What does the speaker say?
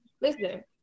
listen